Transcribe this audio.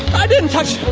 i didn't touch.